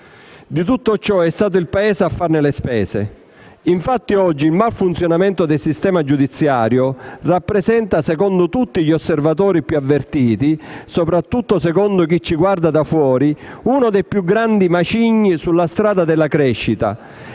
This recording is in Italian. Di tutto ciò è stato il Paese a fare le spese. Oggi il malfunzionamento del sistema giudiziario rappresenta secondo tutti gli osservatori più avvertiti, e soprattutto secondo chi ci guarda da fuori, uno dei più grandi macigni sulla strada della crescita